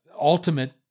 ultimate